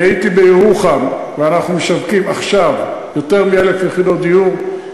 הייתי בירוחם ואנחנו משווקים עכשיו יותר מ-1,000 יחידות דיור.